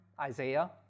Isaiah